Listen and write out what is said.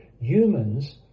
Humans